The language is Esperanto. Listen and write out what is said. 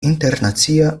internacia